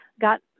got